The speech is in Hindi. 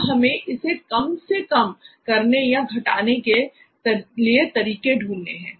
अब हमें इसे कम कम करने या घटाने के लिए तरीके ढूंढने हैं